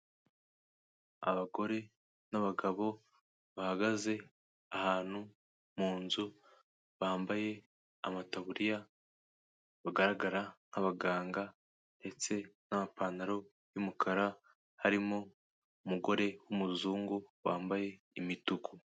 Abagore n'abagabo bahagaze ahantu mu nzu bambaye amataburiya bagaragara nk'abaganga ndetse n'apantaro y'umukara harimo umugore w'umuzungu wambaye imituku.